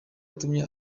yatumye